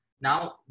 Now